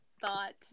thought